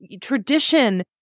tradition